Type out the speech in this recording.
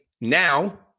Now